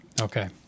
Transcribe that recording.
Okay